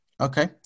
Okay